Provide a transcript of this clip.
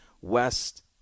West